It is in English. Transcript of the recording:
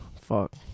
Fuck